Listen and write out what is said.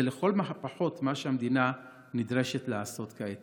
זה לכל הפחות מה שהמדינה נדרשת לעשות כעת.